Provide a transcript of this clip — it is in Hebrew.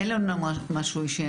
אין לנו משהו אישי.